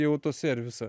į autoservisą